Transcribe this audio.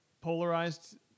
polarized